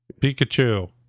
Pikachu